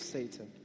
Satan